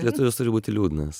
lietuvis turi būti liūdnas